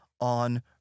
on